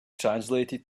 translated